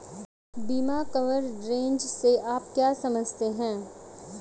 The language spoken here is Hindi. बीमा कवरेज से आप क्या समझते हैं?